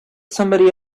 somebody